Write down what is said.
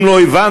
אם לא הבנת,